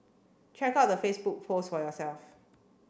check out the Facebook post for yourself